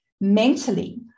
mentally